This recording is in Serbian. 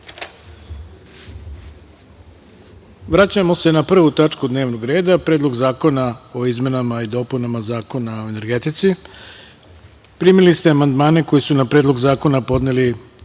se na 1. tačku dnevnog reda – Predlog zakona o izmenama i dopunama Zakona o energetici. Primili ste amandmane koje su na Predlog zakona podneli